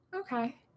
Okay